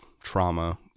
trauma